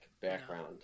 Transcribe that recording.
background